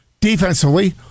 Defensively